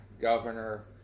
governor